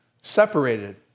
separated